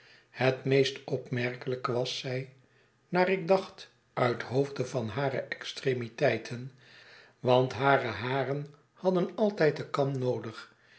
het meest opmerkelijk was zij naar ik dacht uithoofde van hare extremiteiten want hare haren hadden altijd denkam noodig